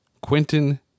quentin